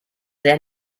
sehr